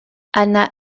anna